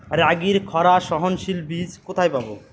রাগির খরা সহনশীল বীজ কোথায় পাবো?